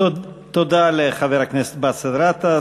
תודה לחבר הכנסת באסל גטאס.